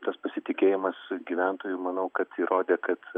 tas pasitikėjimas gyventojų manau kad įrodė kad